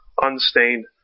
unstained